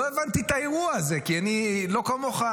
לא הבנתי את האירוע הזה כי אני לא כמוך,